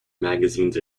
magazines